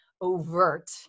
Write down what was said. overt